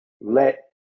let